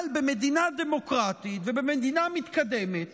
אבל במדינה דמוקרטית ובמדינה מתקדמת